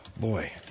boy